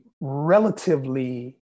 relatively